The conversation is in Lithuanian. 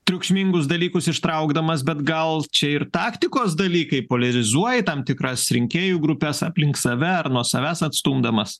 triukšmingus dalykus ištraukdamas bet gal čia ir taktikos dalykai poliarizuoja tam tikras rinkėjų grupes aplink save ar nuo savęs atstumdamas